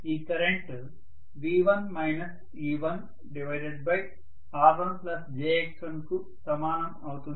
ఈ current V1 e1R1jX1కు సమానం అవుతుంది